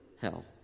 hell